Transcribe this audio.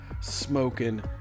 smoking